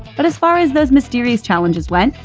but as far as those mysterious challenges went,